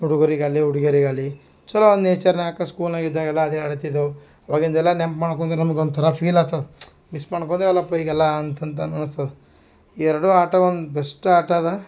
ಹುಡುಗರಿಗಲಿ ಹುಡಿಗ್ಯಾರಿಗಲಿ ಚಲೋ ಒನ್ ನೇಚರ್ನಾಗ ಸ್ಕೂನಾಗ ಇದ್ದಾಗೆಲ ಅದೆ ಹೇಳ್ತಿದ್ದೆವು ಅವಾಗಿಂದು ಎಲ್ಲಾ ನೆನಪು ಮಾಡ್ಕೊಂಡೆ ನಮ್ಗೆ ಒಂಥರ ಫೀಲ್ ಆತದೆ ಮಿಸ್ ಮಾಡ್ಕೊಂಡೆ ಎಲ್ಲಪ ಈಗೆಲ್ಲ ಅಂತಂದು ಅನಸ್ತದೆ ಎರಡು ಆಟ ಒಂದು ಬೆಸ್ಟ್ ಆಟ ಅದ